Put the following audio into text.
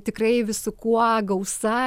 tikrai visu kuo gausa